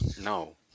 No